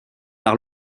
par